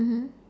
mmhmm